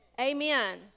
Amen